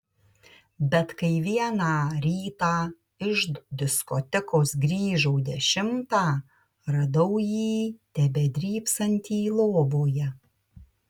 bet kai vieną rytą iš diskotekos grįžau dešimtą radau jį tebedrybsantį lovoje